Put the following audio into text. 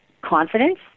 confidence